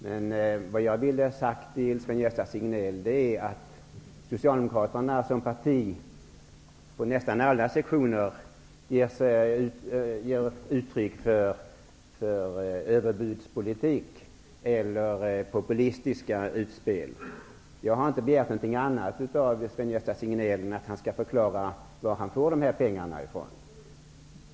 Men vad jag vill säga till Sven-Gösta Signell är att Socialdemokraterna som parti inom nästa alla sektioner ger uttryck för överbudspolitik eller populistiska utspel. Jag har inte begärt något annat av Sven-Gösta Signell än att han skall förklara varifrån han får dessa pengar.